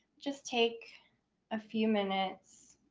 just take a few minutes